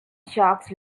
jocks